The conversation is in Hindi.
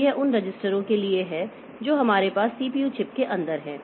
तो यह उन रजिस्टरों के लिए है जो हमारे पास सीपीयू चिप के अंदर हैं